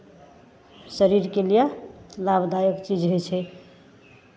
शरीरके लिए लाभदायक चीज होइ छै